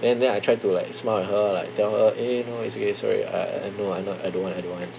then then I tried to like smile at her like tell her eh no it's okay sorry I I no I'm not I don't want I don't want